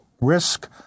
risk